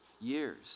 Years